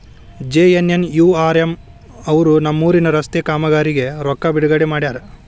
JNNURM ಅವರು ನಮ್ಮೂರಿನ ರಸ್ತೆ ಕಾಮಗಾರಿಗೆ ರೊಕ್ಕಾ ಬಿಡುಗಡೆ ಮಾಡ್ಯಾರ